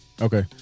Okay